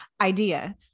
idea